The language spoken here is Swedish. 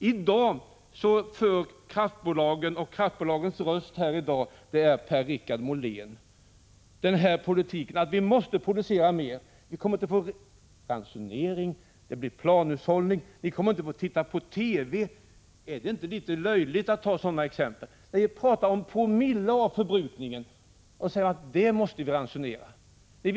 I dag för kraftbolagen — och kraftbolagens röst här i dag är Per-Richard Molén — politiken att vi måste producera mer, för annars blir det ransonering och planhushållning och vi kommer inte att få titta på TV. Är det inte litet löjligt att ta ett sådant exempel och när man pratar om promille av förbrukningen säga att vi måste ransonera just detta?